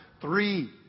Three